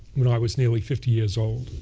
when i was nearly fifty years old.